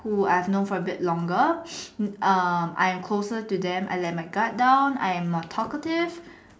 who I've known for a bit longer err I'm closer to them I let my guard down I'm more talkative